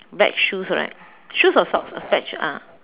black shoes right shoes or socks affects ah